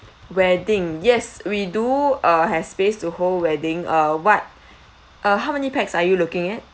wedding yes we do uh have space to hold wedding uh what uh how many pax are you looking at